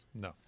No